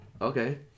Okay